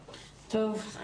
טוב,